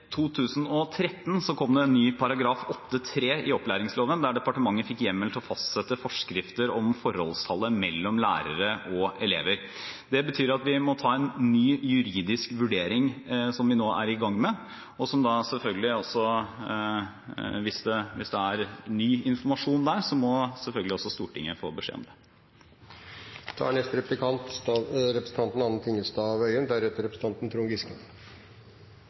2013 kom det en ny § 8-3 i opplæringsloven, der departementet fikk hjemmel til å fastsette forskrifter om forholdstallet mellom lærer og elever. Det betyr at vi må ta en ny juridisk vurdering, som vi nå er i gang med, og hvis det er ny informasjon der, må selvfølgelig også Stortinget få beskjed om det. Det er